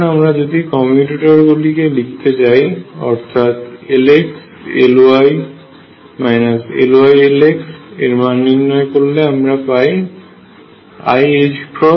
এখন আমরা যদি কমিউটেটর গুলিকে লিখতে চাই অর্থাৎ Lx Ly Ly Lx এর মান নির্ণয় করলে আমরা পাই iℏL